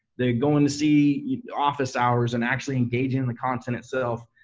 that goin' to see office hours and actually engage in the content itself,